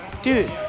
dude